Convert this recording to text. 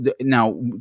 now